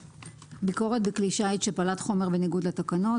122.ביקורת בכלי שיט שפלט חומר בניגוד לתקנות